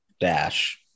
Dash